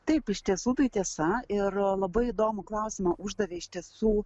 taip iš tiesų tai tiesa ir labai įdomų klausimą uždavė iš tiesų